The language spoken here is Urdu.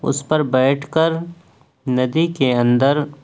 اس پر بیٹھ کر ندی کے اندر